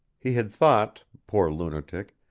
he had thought, poor lunatic,